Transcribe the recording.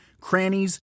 crannies